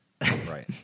right